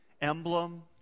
emblem